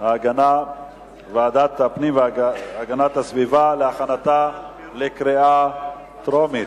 הפנים והגנת הסביבה להכנתה לקריאה ראשונה.